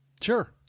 Sure